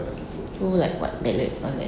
oh like what lah